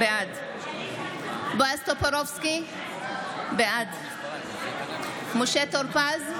בעד בועז טופורובסקי, בעד משה טור פז,